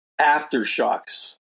aftershocks